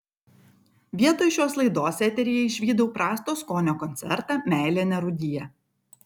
vietoj šios laidos eteryje išvydau prasto skonio koncertą meilė nerūdija